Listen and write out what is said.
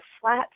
flat